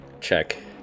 check